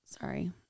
sorry